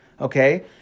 okay